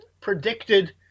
predicted